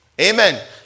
amen